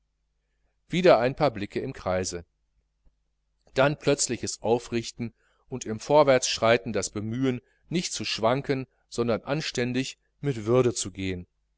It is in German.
wieder ein paar blicke im kreise dann plötzliches aufrichten und im vorwärtsschreiten das bemühen nicht zu schwanken sondern anständig mit würde zu gehen